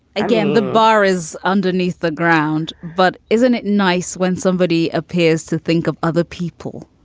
again, the bar is underneath the ground. but isn't it nice when somebody appears to think of other people?